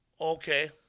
Okay